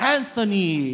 Anthony